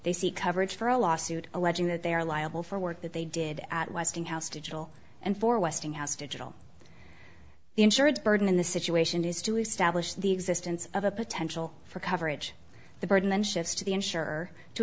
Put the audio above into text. they see coverage for a lawsuit alleging that they are liable for work that they did at westinghouse digital and for westinghouse digital the insureds burden in the situation is to establish the existence of a potential for coverage the burden then shifts to the insurer to